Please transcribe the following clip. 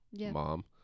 Mom